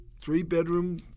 three-bedroom